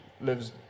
lives